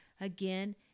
again